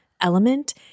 element